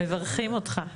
מברכים אותך.